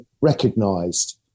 recognized